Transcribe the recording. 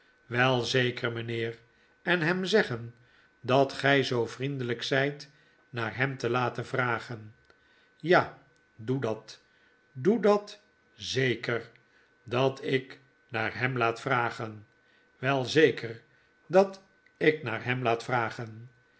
wel zeker mynheer en hem zeggen dat gy zoo vriendelyk zyt naar hem te laten vragen ja doe dat doe dat zeker dat ik naar hem laat vragen wel zeker dat ik naar hem laat vragen